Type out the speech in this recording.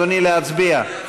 אדוני, להצביע?